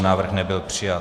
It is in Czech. Návrh nebyl přijat.